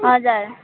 हजुर